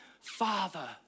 father